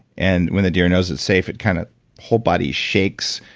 and when the deer knows that safe it kind of whole body shakes.